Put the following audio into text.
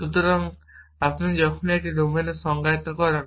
সুতরাং যখনই আপনি একটি ডোমেন সংজ্ঞায়িত করেন